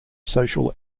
social